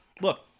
Look